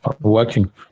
working